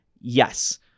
yes